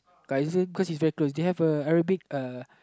cousin cause his very close they have a Arabic uh